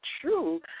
true